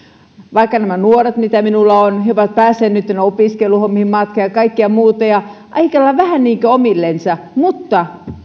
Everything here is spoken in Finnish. vaikka nämä nuoret mitä minulla on ovat nytten päässeet opiskeluhommiin mukaan ja kaikkea muuta ja aika lailla vähän niin kuin omillensa niin